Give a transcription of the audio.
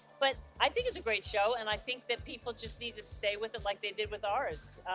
but i think it's a great show and i think that people just need to stay with it like they did with ours.